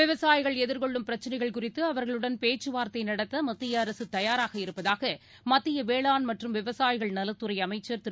விவசாயிகள் எதிர்கொள்ளும் பிரச்சினைகள் குறித்து அவர்களுடன் பேச்சுவார்த்தை நடத்த மத்திய அரசு தயாராக இருப்பதாக மத்திய வேளாண் மற்றும் விவசாயிகள் நலத்துறை அமைச்சர் திரு